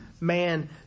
man